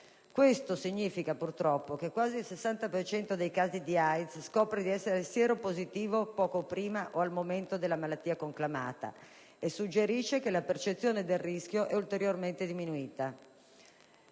significa che quasi il 60 per cento dei casi di AIDS scopre di essere sieropositivo poco prima o al momento della malattia conclamata, e questo suggerisce che la percezione del rischio è ulteriormente diminuita.